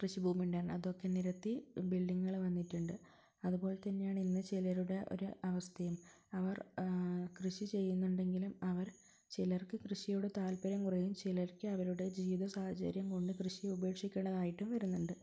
കൃഷിഭൂമി ഉണ്ടായിരുന്നു അതൊക്കെ നിരത്തി ബിൽഡിങ്ങുകൾ വന്നിട്ടുണ്ട് അതുപോലെ തന്നെയാണ് ഇന്ന് ചിലരുടെ ഒരു അവസ്ഥയും അവർ കൃഷി ചെയ്യുന്നുണ്ടെങ്കിലും അവർ ചിലർക്ക് കൃഷിയോട് താല്പര്യം കുറയും ചിലർക്ക് അവരുടെ ജീവിതസാഹചര്യം കൊണ്ട് കൃഷി ഉപേക്ഷിക്കേണ്ടതായിട്ടും വരുന്നുണ്ട്